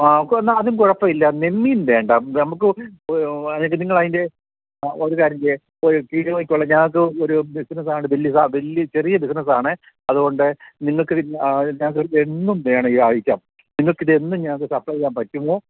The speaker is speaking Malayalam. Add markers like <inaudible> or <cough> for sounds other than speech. ആ നോക്കൂ എന്നാല് അതും കുഴപ്പമില്ല നിയ്മീൻ വേണ്ട നമുക്ക് നിങ്ങളതിൻ്റെ ഒരു കാര്യംചെയ്യൂ <unintelligible> ക്കോള്ള ഞങ്ങള്ക്ക് ഒരു ബിസിനസ്സാണ് വലിയ വലിയ ചെറിയ ബിസിനസ്സാണേ അതുകൊണ്ട് നിങ്ങള്ക്ക് ഞങ്ങള്ക്ക് എന്നും വേണം ഈ ആഴ്ച നിങ്ങള്ക്കിതെന്നും ഞങ്ങള്ക്ക് സപ്ലൈ ചെയ്യാൻ പറ്റുമോ